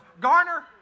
Garner